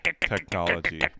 technology